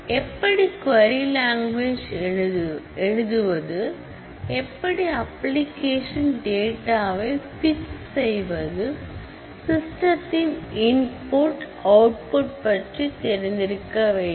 எப்படி query language எழுதுவது எப்படி அப்ளிகேஷன் டேட்டாவை பிட் செய்வது சிஸ்டத்தின் இன்புட் அவுட்புட் பற்றி தெரிந்து வைத்திருக்க வேண்டும்